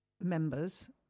members